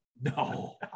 No